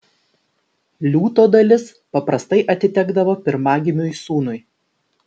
liūto dalis paprastai atitekdavo pirmagimiui sūnui